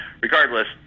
regardless